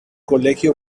colegio